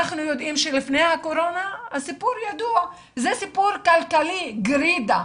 אנחנו יודעים שלפני הקורונה הסיפור היה כלכלי גרידא,